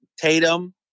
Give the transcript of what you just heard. Tatum